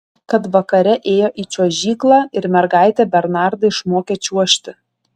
kad vakare ėjo į čiuožyklą ir mergaitė bernardą išmokė čiuožti